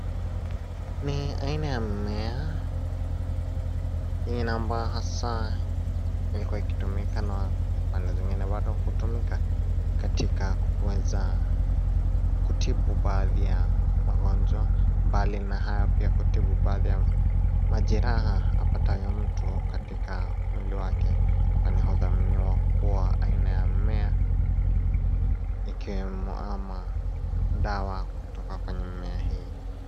Ni aina ya mmea yenye na ambayo hasa imekuwa ikitumika na pande zingine bdo hutumika katika kuweza kutibu baadhi ya magonjwa bali na hayo pia kutibu baadhi ya majeraha apatayo mtu katika mwili wake kwani hudhaminiwa kuwa aina ya mmea ikiwemo ama dawa kutoka kwa mimea hii.